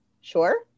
sure